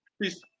please